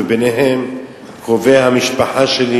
וביניהם קרובי המשפחה שלי,